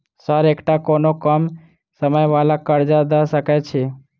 Sir एकटा कोनो कम समय वला कर्जा दऽ सकै छी?